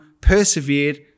persevered